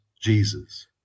Jesus